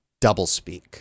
doublespeak